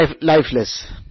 lifeless